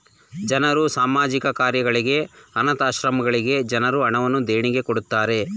ಜನರು ಸಾಮಾಜಿಕ ಕಾರ್ಯಗಳಿಗೆ, ಅನಾಥ ಆಶ್ರಮಗಳಿಗೆ ಜನರು ಹಣವನ್ನು ದೇಣಿಗೆ ಕೊಡುತ್ತಾರೆ